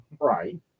right